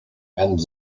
and